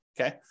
Okay